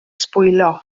sbwylio